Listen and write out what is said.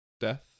death